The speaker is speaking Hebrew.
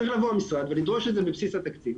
צריך לבוא המשרד ולדרוש את זה בבסיס התקציב,